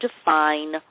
define